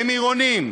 הם עירוניים,